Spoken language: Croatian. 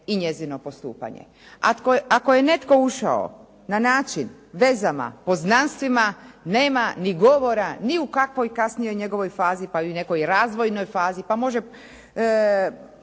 i njezino postupanje. Ako je netko ušao na način vezama, poznanstvima nema ni govora ni u kakvoj kasnijoj njegovoj fazi, pa i u nekoj razvojnoj fazi, pa može